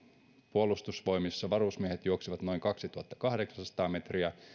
puolustusvoimissa varusmiehet juoksivat noin kaksituhattakahdeksansataa metriä